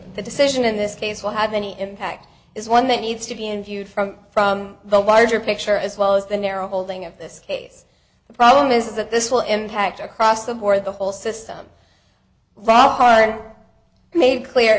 the decision in this case will have any impact is one that needs to be in view from from the larger picture as well as the narrow holding of this case the problem is that this will impact across the board the whole system rar made clear